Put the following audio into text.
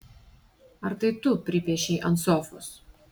ar tai tu pripiešei ant sofos